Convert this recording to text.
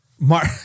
mark